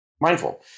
mindful